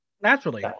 Naturally